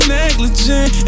negligent